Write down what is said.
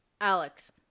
Alex